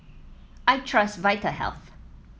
I trust Vitahealth